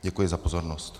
Děkuji za pozornost.